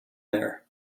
there